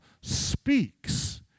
speaks